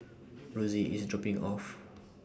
Rosy IS dropping Me off